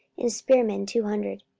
and spearmen two hundred,